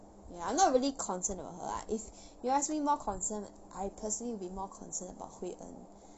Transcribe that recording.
ya I'm not really concerned about her ah if you ask me more concern I personally be more concerned about hui en